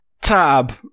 Tab